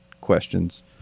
questions